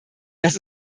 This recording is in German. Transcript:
das